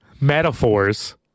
metaphors